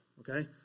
okay